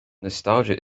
nostalgia